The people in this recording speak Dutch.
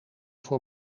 voor